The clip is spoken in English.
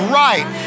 right